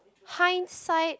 hindsight